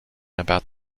about